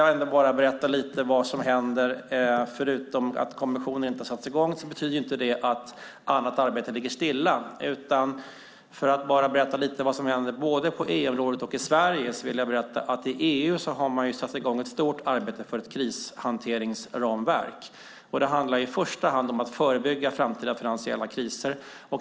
Jag vill berätta något om vad som händer. Att kommissionen inte har satts i gång betyder ju inte att annat arbete ligger stilla. I EU har man satt i gång ett stort arbete med ett krishanteringsramverk. Det handlar i första hand om att förebygga framtida finansiella kriser.